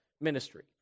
ministry